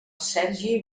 sergi